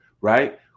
right